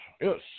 Yes